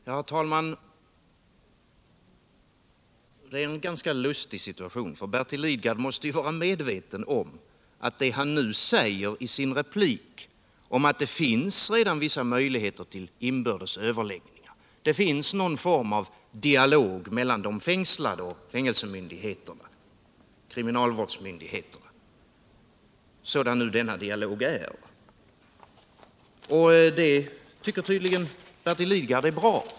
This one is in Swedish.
Herr talman! Det är en ganska lustig situation. Bertil Lidgard måste ju vara medveten om att det han nu säger i sin replik — att det redan finns vissa möjligheter till inbördes överläggningar, någon form av dialog mellan de fängslade och fängelsemyndigheterna, kriminalvårdsmyndigheterna, sådan denna dialog nu är — innebär att han tycker att dessa möjligheter är bra.